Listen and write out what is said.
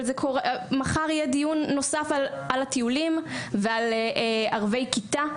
מחר יהיה דיון נוסף על הטיולים ועל ערבי כיתה.